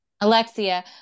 alexia